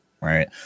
right